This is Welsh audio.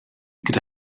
gyda